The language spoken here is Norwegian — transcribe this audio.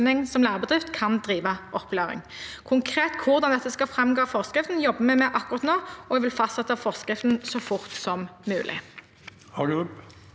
som lærebedrift kan drive opplæring. Konkret hvordan dette skal framgå av forskriften, jobber vi med akkurat nå, og jeg vil fastsette forskriften så fort som mulig.